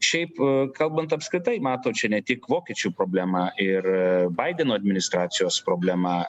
šiaip kalbant apskritai matot čia ne tik vokiečių problema ir baideno administracijos problema